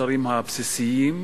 המוצרים הבסיסיים,